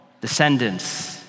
descendants